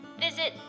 visit